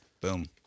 Boom